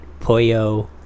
Poyo